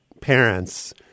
parents